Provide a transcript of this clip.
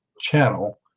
channel